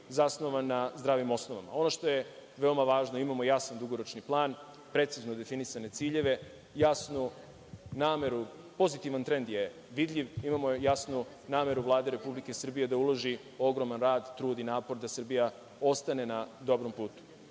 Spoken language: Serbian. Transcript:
zasnovan na zdravim osnovama. Ono što je veoma važno, imamo jasan dugoročan plan, precizno definisane ciljeve, jasnu nameru, pozitivan trend je vidljiv. Imamo jasnu nameru Vlade Republike Srbije da uloži ogroman rad, trud i napor da Srbija ostane na dobrom putu. Vi